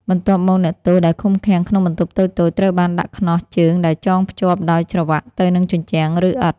បន្ទាប់មកអ្នកទោសដែលឃុំឃាំងក្នុងបន្ទប់តូចៗត្រូវបានដាក់ខ្នោះជើងដែលចងភ្ជាប់ដោយច្រវាក់ទៅនឹងជញ្ជាំង ឬឥដ្ឋ។